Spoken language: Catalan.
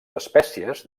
espècies